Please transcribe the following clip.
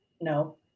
No